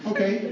Okay